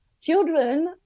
children